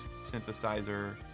synthesizer